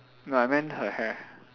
no I meant her hair